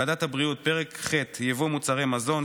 ועדת הבריאות: פרק ח' יבוא מוצרי מזון,